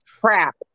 crap